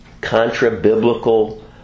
contra-biblical